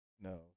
No